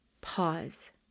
pause